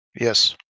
Yes